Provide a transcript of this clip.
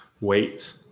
wait